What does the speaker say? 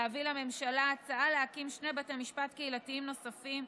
להביא לממשלה הצעה להקים שני בתי משפט קהילתיים נוספים,